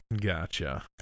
Gotcha